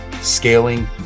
scaling